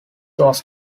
was